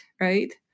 right